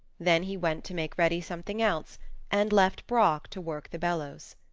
then he went to make ready something else and left brock to work the bellows.